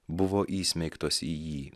buvo įsmeigtos į jį